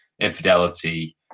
infidelity